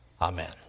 Amen